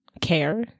care